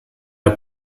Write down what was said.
der